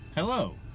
Hello